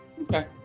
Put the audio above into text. Okay